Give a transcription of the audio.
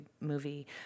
movie